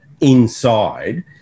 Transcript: inside